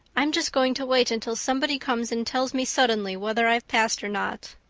i'm just going to wait until somebody comes and tells me suddenly whether i've passed or not.